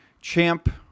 Champ